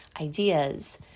ideas